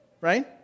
right